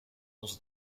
onze